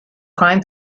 crime